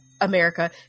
America